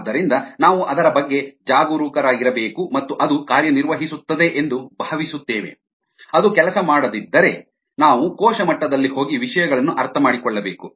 ಆದ್ದರಿಂದ ನಾವು ಅದರ ಬಗ್ಗೆ ಜಾಗರೂಕರಾಗಿರಬೇಕು ಮತ್ತು ಅದು ಕಾರ್ಯನಿರ್ವಹಿಸುತ್ತದೆ ಎಂದು ಭಾವಿಸುತ್ತೇವೆ ಅದು ಕೆಲಸ ಮಾಡದಿದ್ದರೆ ನಾವು ಕೋಶ ಮಟ್ಟದಲ್ಲಿ ಹೋಗಿ ವಿಷಯಗಳನ್ನು ಅರ್ಥಮಾಡಿಕೊಳ್ಳಬೇಕು